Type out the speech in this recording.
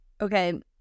Okay